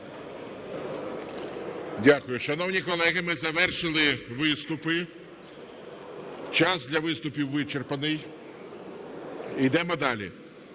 Дякую. Шановні колеги, ми завершили виступи, час для виступів вичерпаний. Йдемо далі.